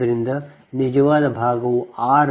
ಆದ್ದರಿಂದ ನಿಜವಾದ ಭಾಗವು ಆರ್